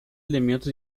elementos